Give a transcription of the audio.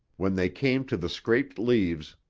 when they came to the scraped leaves,